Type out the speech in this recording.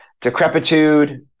decrepitude